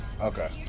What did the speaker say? Okay